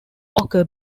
occur